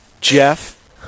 Jeff